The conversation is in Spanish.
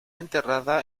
enterrada